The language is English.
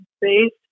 based